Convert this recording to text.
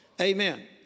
Amen